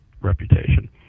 reputation